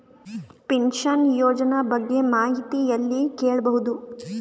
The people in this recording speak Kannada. ಪಿನಶನ ಯೋಜನ ಬಗ್ಗೆ ಮಾಹಿತಿ ಎಲ್ಲ ಕೇಳಬಹುದು?